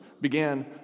began